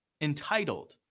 entitled